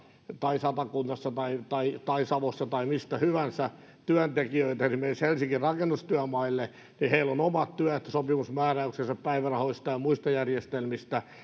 tai satakunnasta tai tai savosta tai mistä hyvänsä työntekijöitä esimerkiksi helsingin rakennustyömaille ja ja heillä on omat työehtosopimusmääräyksensä päivärahoista ja muista järjestelmistä